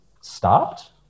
stopped